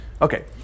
Okay